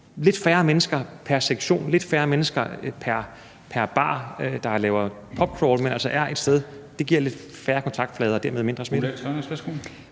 Lidt færre mennesker pr. sektion, lidt færre mennesker pr. bar, der laver pubcrawl, men altså er et sted, giver lidt færre kontaktflader og dermed mindre smitte.